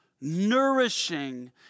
nourishing